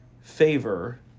favor